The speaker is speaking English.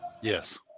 Yes